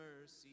mercy